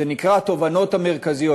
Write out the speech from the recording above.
זה נקרא התובנות המרכזיות,